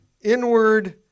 inward